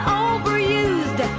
overused